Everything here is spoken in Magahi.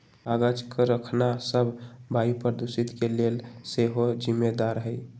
कागज करखना सभ वायु प्रदूषण के लेल सेहो जिम्मेदार हइ